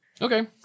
Okay